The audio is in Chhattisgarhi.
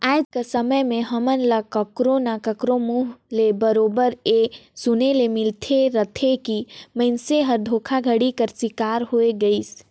आएज कर समे में हमन ल काकरो ना काकरो मुंह ले बरोबेर ए सुने ले मिलते रहथे कि मइनसे हर धोखाघड़ी कर सिकार होए गइस